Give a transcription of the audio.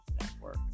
Network